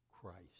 Christ